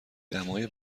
دمای